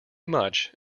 much